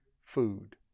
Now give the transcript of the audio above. food